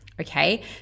okay